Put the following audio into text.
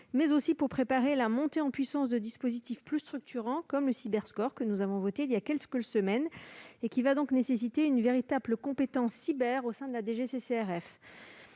mais aussi pour préparer la montée en puissance de dispositifs plus structurants, comme le CyberScore, que nous avons voté il y a quelques semaines et qui va nécessiter une véritable compétence « cyber » au sein de la